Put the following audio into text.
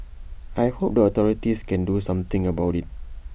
I hope the authorities can do something about IT